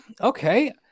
okay